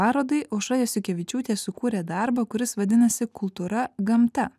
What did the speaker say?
parodai aušra jasiukevičiūtė sukūrė darbą kuris vadinasi kultūra gamta